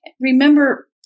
Remember